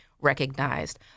recognized